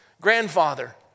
grandfather